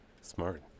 Smart